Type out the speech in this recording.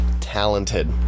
talented